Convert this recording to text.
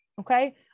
okay